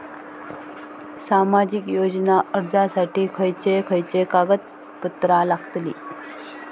सामाजिक योजना अर्जासाठी खयचे खयचे कागदपत्रा लागतली?